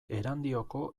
erandioko